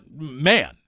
man